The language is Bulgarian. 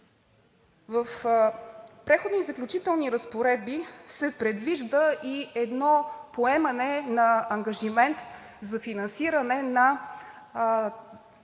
В Преходните и заключителните разпоредби се предвижда и едно поемане на ангажимент за финансиране на